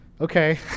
okay